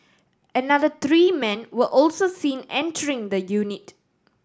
another three men were also seen entering the unit